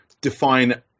define